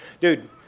Dude